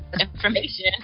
Information